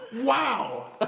wow